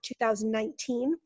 2019